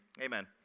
amen